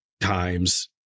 times